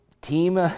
Team